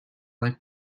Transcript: like